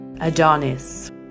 Adonis